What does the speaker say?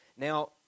Now